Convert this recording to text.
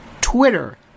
Twitter